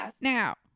now